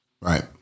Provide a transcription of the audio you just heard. right